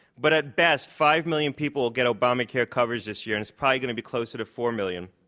but at best, five million people will get obamacare coverage this year and it's probably going to be closer to four million.